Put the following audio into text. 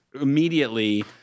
immediately